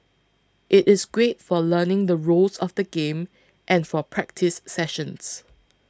it is great for learning the rules of the game and for practice sessions